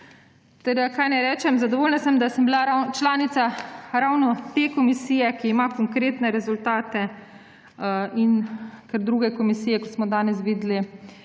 Kaj na še rečem? Zadovoljna sem, da sem bila članica ravno te komisije, ki ima konkretne rezultate, ker gre pri drugih komisijah, kot smo danes videli,